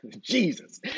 Jesus